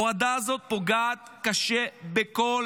ההורדה הזאת פוגעת קשה בכל